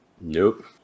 nope